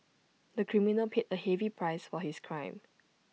the criminal paid A heavy price for his crime